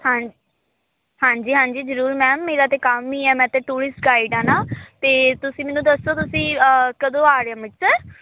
ਹਾਂ ਹਾਂਜੀ ਹਾਂਜੀ ਜਰੂਰ ਮੈਮ ਮੇਰਾ ਤਾਂ ਕੰਮ ਹੀ ਹੈ ਮੈਂ ਤਾਂ ਟੂਰਿਸਟ ਗਾਈਡ ਹਾਂ ਨਾ ਅਤੇ ਤੁਸੀਂ ਮੈਨੂੰ ਦੱਸੋ ਤੁਸੀਂ ਕਦੋਂ ਆ ਰਹੇ ਆ ਅੰਮ੍ਰਿਤਸਰ